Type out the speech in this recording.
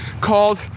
called